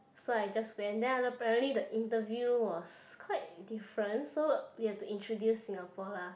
so I just went then apparently the interview was quite different so we have to introduce Singapore lah